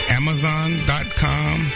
amazon.com